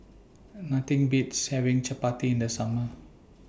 Nothing Beats having Chapati in The Summer